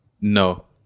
no